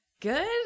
Good